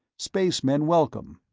spacemen welcome,